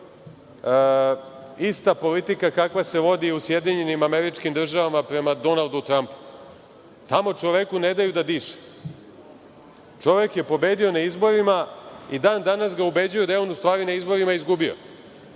ista politika kakva se vodi u SAD prema Donaldu Trampu. Tamo čoveku ne daju da diše. Čovek je pobedio na izborima i dan danas ga ubeđuju da je on u stvari na izborima izgubio.